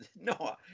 No